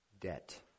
debt